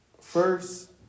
first